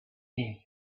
day